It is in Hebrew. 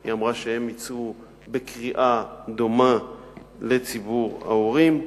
והיא אמרה שהם יצאו בקריאה דומה לציבור ההורים.